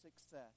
success